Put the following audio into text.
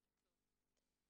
עצוב.